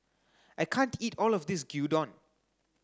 I can't eat all of this Gyudon